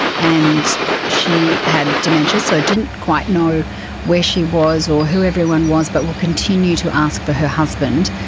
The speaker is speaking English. and she had dementia, so didn't quite know where she was or who everyone was but would continue to ask for her husband.